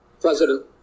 President